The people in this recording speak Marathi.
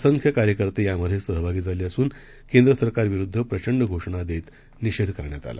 असंख्यकार्यकर्तेयामध्येसहभागीझालेअसून केंद्रसरकारविरोधातप्रचंडघोषणादेतनिषेधकरण्यातआला